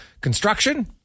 Construction